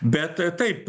bet taip